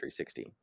360